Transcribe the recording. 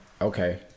Okay